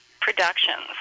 productions